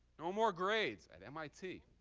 no more grades at mit,